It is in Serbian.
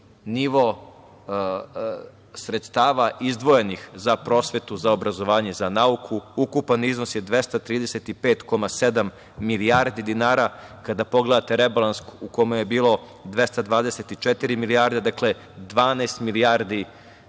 nivo sredstava izdvojenih za prosvetu, za obrazovanje, za nauku. Ukupan iznos je 235,7 milijardi dinara. Kada pogledate rebalans, u kome je bilo 224 milijarde, dakle 12 milijardi dinara